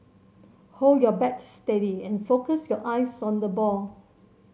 hold your bat steady and focus your eyes on the ball